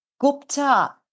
Gupta